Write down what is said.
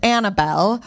Annabelle